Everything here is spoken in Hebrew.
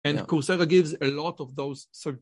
And Coursera gives a lot of those certificates.